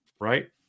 right